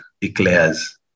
declares